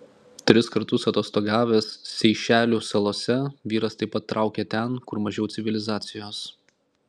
tris kartus atostogavęs seišelių salose vyras taip pat traukė ten kur mažiau civilizacijos